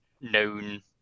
known